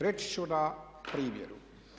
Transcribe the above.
Reći ću na primjeru.